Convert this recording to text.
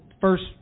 first